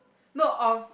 no of